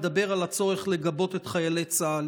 מדבר על הצורך לגבות את חיילי צה"ל.